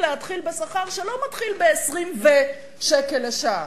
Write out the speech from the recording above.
להתחיל בשכר שלא מתחיל ב-20 ו-שקל לשעה.